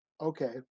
Okay